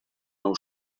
nou